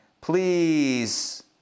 Please